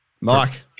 Mike